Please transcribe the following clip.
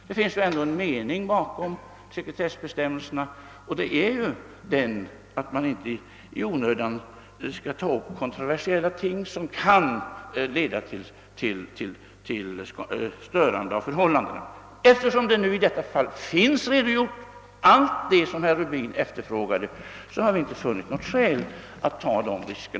Det finns ändå en mening bakom sekretessbestämmelserna, nämligen att man : inte i onödan skall ta upp kontroversiella ting som kan leda till störande av förhållandena.. Eftersom i detta fall allt det som herr Rubin efterfrågade finns redovisat har vi inte funnit några skäl att ta dessa risker.